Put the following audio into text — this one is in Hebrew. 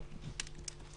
לא בטוח.